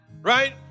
Right